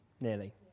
Nearly